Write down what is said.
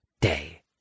day